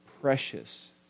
precious